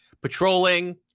patrolling